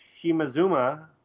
Shimazuma